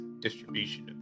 distribution